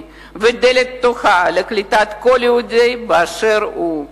ודלת פתוחה לקליטת כל יהודי באשר הוא.